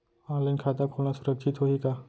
Online खाता खोलना सुरक्षित होही का?